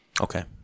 Okay